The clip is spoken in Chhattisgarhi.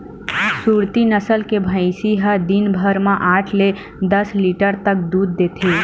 सुरती नसल के भइसी ह दिन भर म आठ ले दस लीटर तक दूद देथे